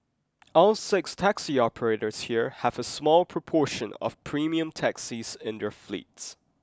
all six taxi operators here have a small proportion of premium taxis in their fleets